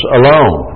alone